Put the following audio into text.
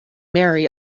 marry